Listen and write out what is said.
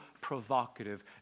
provocative